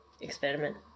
experiment